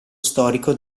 storico